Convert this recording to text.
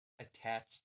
attached